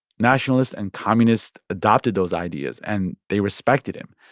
nationalists and communists adopted those ideas, and they respected him.